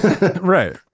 Right